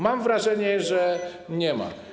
Mam wrażenie, że nie ma.